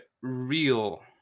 real